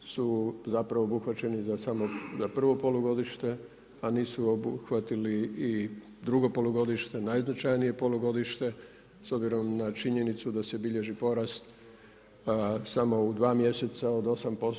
su zapravo obuhvaćeni za samo prvo polugodište, a nisu obuhvatili i drugo polugodište, najznačajnije polugodište, s obzirom na činjenicu da se bilježi porast samo u 2 mjeseca od 8%